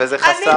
אני,